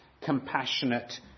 compassionate